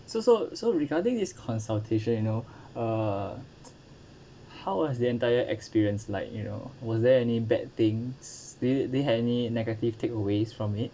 so so so regarding this consultation you know uh how was the entire experience like you know was there any bad things did they had any negative takeaway from it